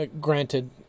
granted